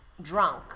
drunk